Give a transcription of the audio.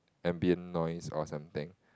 ambient noise or something